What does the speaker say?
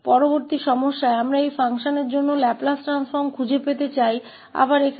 अगली समस्या में हम इस फ़ंक्शन के लिए लैपलेस ट्रांसफ़ॉर्म को खोजना चाहते हैं